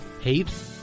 hate